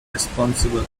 responsible